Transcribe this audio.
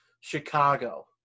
Chicago